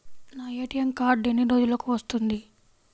నా ATM card ఎన్ని రోజులకు వస్తుంది?